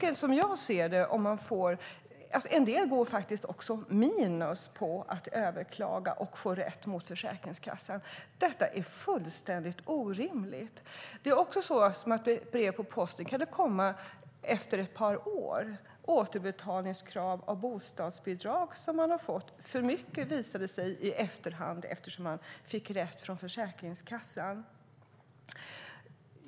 En del går faktiskt också minus på att överklaga för att få rätt mot Försäkringskassan. Detta är fullständigt orimligt. Efter ett par år kan det komma som ett brev på posten återbetalningskrav när det gäller bostadsbidrag som i efterhand visade sig vara för stora.